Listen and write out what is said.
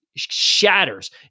shatters